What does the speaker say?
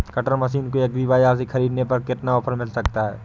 Cutter machine को agri बाजार से ख़रीदने पर कितना ऑफर मिल सकता है?